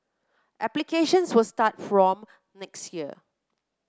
applications will start from next year